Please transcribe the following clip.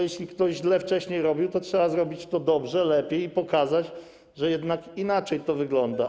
Jeśli ktoś wcześniej źle to robił, to trzeba zrobić to dobrze, lepiej i pokazać, że jednak inaczej to wygląda.